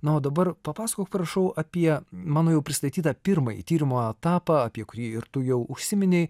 na o dabar papasakok prašau apie mano jau pristatytą pirmąjį tyrimo etapą apie kurį ir tu jau užsiminei